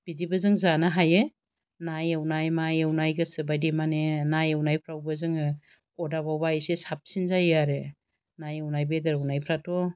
बिदिबो जों जानो हायो ना एवनाय मा एवनाय गोसो बायदि माने ना एवनायफोरावबो जोङो अरदाबावबा एसे साबसिन जायो आरो ना एवनाय बेदर एवनायफोराथ'